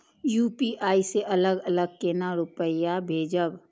UPI से अलग अलग केना रुपया भेजब